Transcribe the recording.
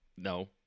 No